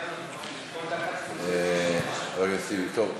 חבר הכנסת טיבי, טוב.